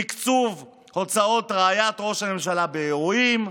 תקצוב הוצאות רעיית ראש הממשלה באירועים,